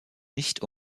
nicht